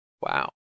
Wow